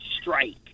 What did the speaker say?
strike